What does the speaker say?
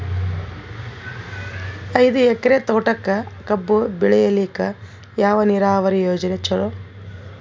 ಐದು ಎಕರೆ ತೋಟಕ ಕಬ್ಬು ಬೆಳೆಯಲಿಕ ಯಾವ ನೀರಾವರಿ ಯೋಜನೆ ಚಲೋ?